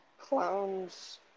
Clowns